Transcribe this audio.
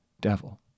devil